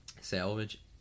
Salvage